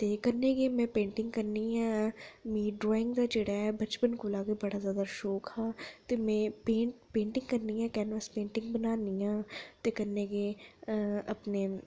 ते कन्नै गै में पेंटिंग करनी आं मी ड्राईंग दा जेह्ड़ा ऐ बचपन कोला गै बड़ा जैदा शौक हा ते में पेंट पेंटिंग करनी आं कैनवस पेंटिंग बनान्नी आं ते कन्नै गै अपने